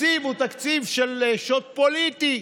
התקציב הוא תקציב של שוט פוליטי.